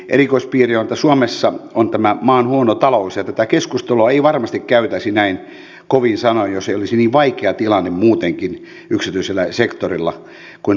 erikoispiirre on että suomessa on tämä maan huono talous ja tätä keskustelua ei varmasti käytäisi näin kovin sanoin jos ei olisi niin vaikea tilanne muutenkin yksityisellä sektorilla kun mainosrahoja ei tule